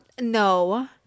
No